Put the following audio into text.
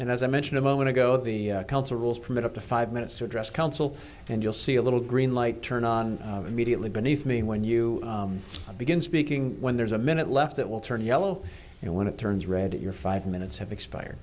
and as i mentioned a moment ago the council rules permit up to five minutes to address council and you'll see a little green light turn on immediately beneath me when you begin speaking when there's a minute left it will turn yellow and when it turns red your five minutes have expired